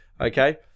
okay